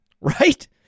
right